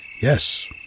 Yes